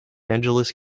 angeles